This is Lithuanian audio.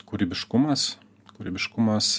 kūrybiškumas kūrybiškumas